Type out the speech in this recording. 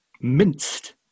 minced